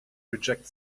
reject